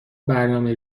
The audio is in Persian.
برنامه